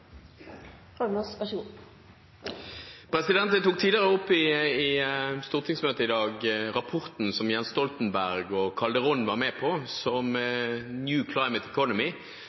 Tidligere i stortingsmøtet i dag nevnte jeg rapporten som Jens Stoltenberg og Felipe Calderón var med på, The New Climate Economy,